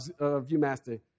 ViewMaster